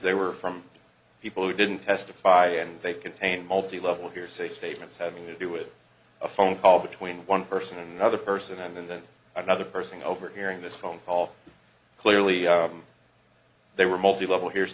they were from people who didn't testify and they contain multilevel hearsay statements having to do with a phone call between one person and another person and then another person overhearing this phone call clearly they were multilevel here